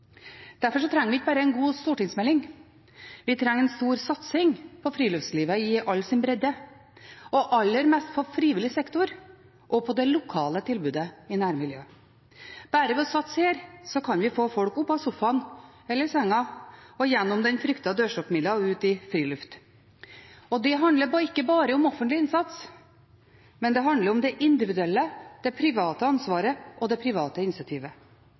Derfor trenger vi ikke bare en god stortingsmelding. Vi trenger en stor satsing på friluftslivet i all sin bredde, og aller mest på frivillig sektor og på det lokale tilbudet i nærmiljøet. Bare ved å satse her kan vi få folk opp av sofaen, eller senga, og gjennom den fryktede dørstokkmila og ut i friluft. Og det handler ikke bare om offentlig innsats, men det handler om det individuelle, det private ansvaret og det private initiativet.